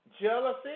jealousy